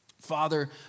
Father